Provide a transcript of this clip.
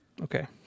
Okay